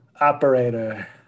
operator